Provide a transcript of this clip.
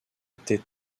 était